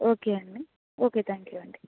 okay అండి okay thank you అండి